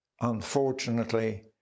unfortunately